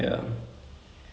oh okay K